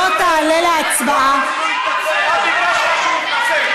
לא, אז, לא תעלה להצבעה, רק ביקשתי שהוא יתנצל.